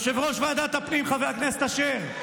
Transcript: חבר הכנסת אשר,